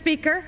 speaker